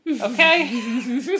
okay